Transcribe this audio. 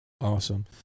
awesome